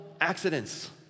accidents